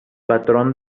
patrón